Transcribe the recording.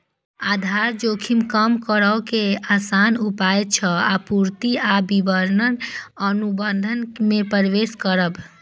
आधार जोखिम कम करै के आसान उपाय छै आपूर्ति आ विपणन अनुबंध मे प्रवेश करब